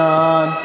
on